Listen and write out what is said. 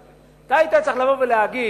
אתה היית צריך לבוא ולהגיד: